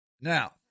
Now